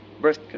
birth